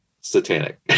satanic